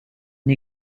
une